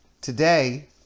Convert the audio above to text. today